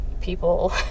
people